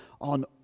on